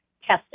testing